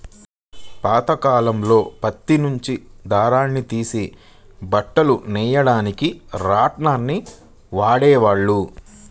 పాతకాలంలో పత్తి నుంచి దారాన్ని తీసి బట్టలు నెయ్యడానికి రాట్నాన్ని వాడేవాళ్ళు